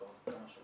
כבר הרבה שנים,